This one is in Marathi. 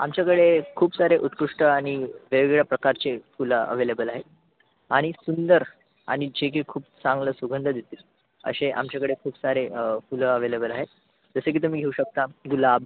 आमच्याकडे खूप सारे उत्कृष्ट आणि वेगवेगळ्या प्रकारचे फुलं अवेलेबल आहेत आणि सुंदर आणि जे की खूप चांगलं सुगंध देतील असे आमच्याकडे खूप सारे फुलं अवेलेबल आहेत जसे की तुम्ही घेऊ शकता गुलाब